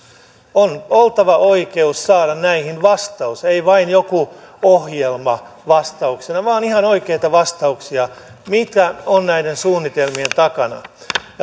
on oltava oikeus saada näihin vastaus ei vain joku ohjelma vastauksena vaan ihan oikeita vastauksia mitä on näiden suunnitelmien takana